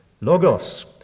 logos